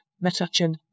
Metuchen